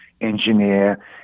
engineer